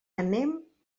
anem